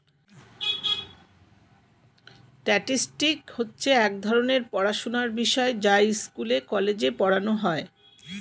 statistics হচ্ছে এক ধরণের পড়াশোনার বিষয় যা স্কুলে, কলেজে পড়ানো হয়